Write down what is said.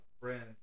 friends